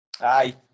Aye